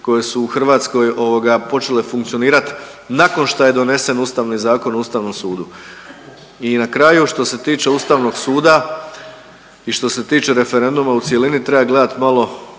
koje su u Hrvatskoj, ovoga, počele funkcionirati nakon što je donesen Ustavni zakon o Ustavnom sudu. I na kraju, što se tiče Ustavnog suda i što se tiče referenduma u cjelini, treba gledati malo